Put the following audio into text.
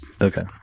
Okay